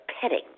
petting